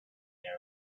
their